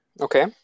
Okay